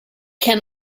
can